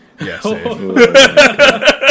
Yes